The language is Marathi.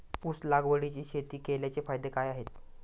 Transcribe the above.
ऊस लागवडीची शेती केल्याचे फायदे काय आहेत?